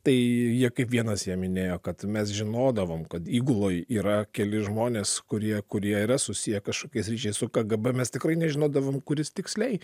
tai jie kaip vienas jie minėjo kad mes žinodavome kad įguloje yra keli žmonės kurie kurie yra susiję kažkokiais ryšiais su kgb mes tikrai nežinodavom kuris tiksliai